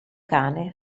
cane